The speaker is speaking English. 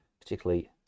particularly